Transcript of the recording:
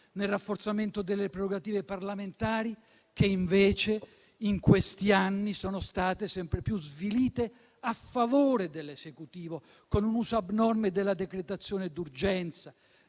nel rafforzamento delle prerogative parlamentari che invece in questi anni sono state sempre più svilite a favore dell'Esecutivo, con un uso abnorme della decretazione d'urgenza,